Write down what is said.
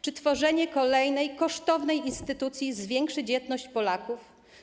Czy tworzenie kolejnej kosztownej instytucji zwiększy dzietność Polaków?